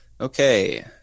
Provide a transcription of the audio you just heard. Okay